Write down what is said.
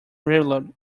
whirled